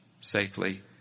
Safely